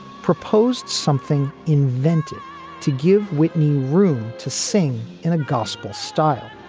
proposed something invented to give whitney room to sing in a gospel style.